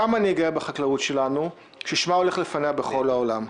כמה אני גאה בחקלאות שלנו ששמה הולך לפניה בכל העולם.